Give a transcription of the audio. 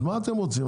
אז מה אתם רוצים?